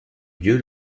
lieu